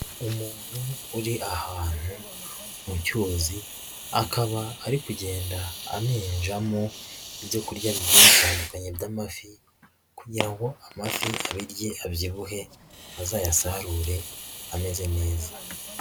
Umuntu uri ahantu mu cyuzi, akaba ari kugenda aminjamo ibyo kurya bigiye bitandukanye by'amafi kugira ngo amafi abirye abyibuhe bazayasarure ameze neza.